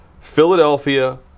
Philadelphia